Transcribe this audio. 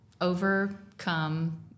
overcome